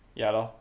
ya lor